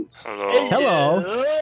Hello